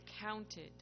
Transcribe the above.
counted